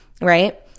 right